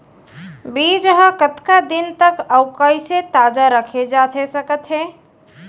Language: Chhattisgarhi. बीज ह कतका दिन तक अऊ कइसे ताजा रखे जाथे सकत हे?